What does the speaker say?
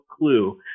clue